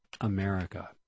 America